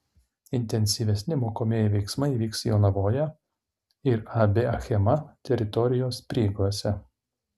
intensyvesni mokomieji veiksmai vyks jonavoje ir ab achema teritorijos prieigose